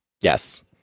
Yes